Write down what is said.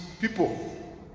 people